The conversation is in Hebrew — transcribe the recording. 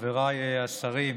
חבריי השרים,